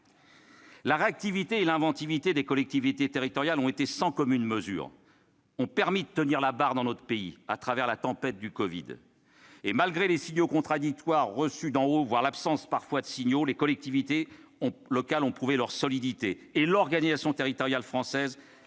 La réactivité et l'inventivité des collectivités territoriales ont été sans commune mesure. Elles ont permis de tenir la barre à travers la tempête du covid-19. Malgré les signaux contradictoires reçus d'en haut, voire parfois l'absence de signaux, les collectivités locales ont prouvé la solidité de l'organisation territoriale française,